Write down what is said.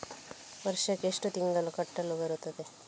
ವರ್ಷಕ್ಕೆ ಎಷ್ಟು ತಿಂಗಳು ಕಟ್ಟಲು ಬರುತ್ತದೆ?